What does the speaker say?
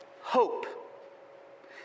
hope